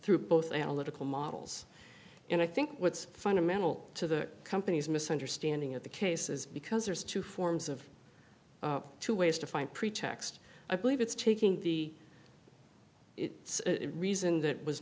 through both analytical models and i think what's fundamental to the company's misunderstanding of the case is because there's two forms of two ways to find a pretext i believe it's taking the reason that was